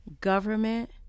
government